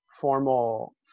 formal